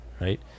right